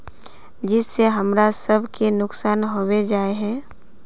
जिस से हमरा सब के नुकसान होबे जाय है?